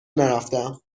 نرفتهام